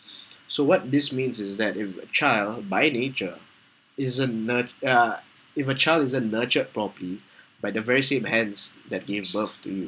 so what this means is that if a child by nature isn't nurt~ uh if a child isn't nurtured properly by the very same hands that gave birth to you